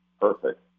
Perfect